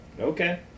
Okay